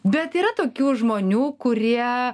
bet yra tokių žmonių kurie